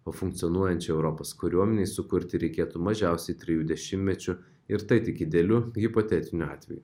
o funkcionuojančiai europos kariuomenei sukurti reikėtų mažiausiai trijų dešimtmečių ir tai tik idealiu hipotetiniu atveju